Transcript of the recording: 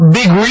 big